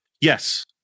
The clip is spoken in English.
Yes